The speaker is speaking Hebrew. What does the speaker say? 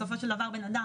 בסופו של דבר בן אדם,